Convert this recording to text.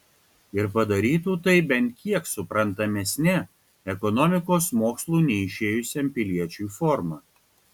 ir padarytų tai bent kiek suprantamesne ekonomikos mokslų neišėjusiam piliečiui forma